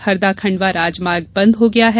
हरदा खंडवा राजमार्ग बंद हो गया है